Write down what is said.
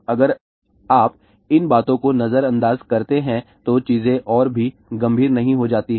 अगर आप इन बातों को नजरअंदाज करते हैं तो चीजें और भी गंभीर नहीं हो जाती हैं